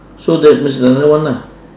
so that means another one ah